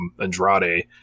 Andrade